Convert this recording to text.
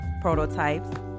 prototypes